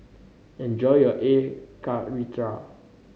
enjoy your Air Karthira